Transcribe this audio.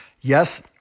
Yes